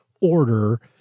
order